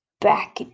back